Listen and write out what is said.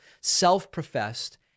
self-professed